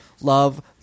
love